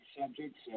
subjects